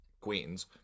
queens